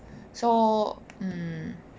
so um